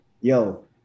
yo